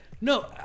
No